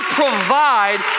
provide